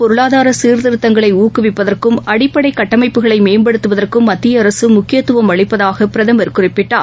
பொருளாதாரசீர்திருத்தங்களைஊக்கவிப்பதற்கும் கடல்சாா் அடிப்படைகட்டமைப்புகளைமேம்படுத்துவதற்கும் மத்திய அரசமுக்கியத்தவம் அளிப்பதாகபிரதம் குறிப்பிட்டார்